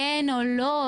כן או לא.